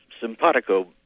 simpatico